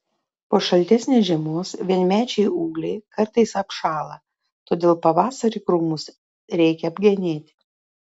po šaltesnės žiemos vienmečiai ūgliai kartais apšąla todėl pavasarį krūmus reikia apgenėti